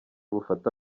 bufate